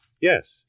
Yes